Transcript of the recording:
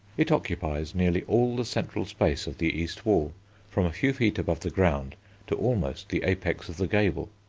it occupies nearly all the central space of the east wall from a few feet above the ground to almost the apex of the gable.